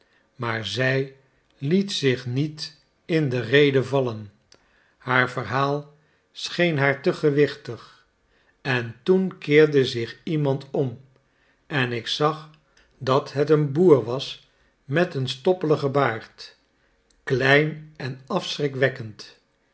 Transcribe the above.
maar zij liet zich niet in de rede vallen haar verhaal scheen haar te gewichtig en toen keerde zich die iemand om en ik zag dat het een boer was met een stoppeligen baard klein en afschrikwekkend